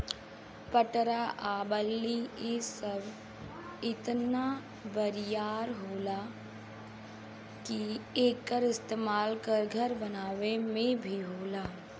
पटरा आ बल्ली इ सब इतना बरियार होला कि एकर इस्तमाल घर बनावे मे भी होला